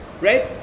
Right